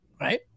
Right